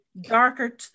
darker